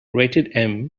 rated